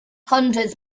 hundreds